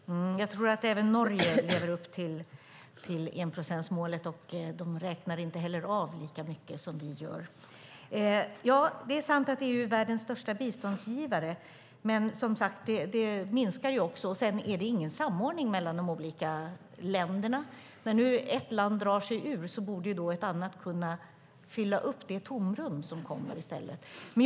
Herr talman! Jag tror att även Norge lever upp till enprocentsmålet. De räknar inte heller av lika mycket som vi gör. Det är sant att EU är världens största biståndsgivare, men det biståndet minskar ju också. Dessutom är det ingen samordning mellan de olika länderna. När ett land drar sig ur borde ett annat kunna fylla upp det tomrum som uppstår.